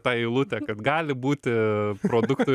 ta eilutė kad gali būti produktų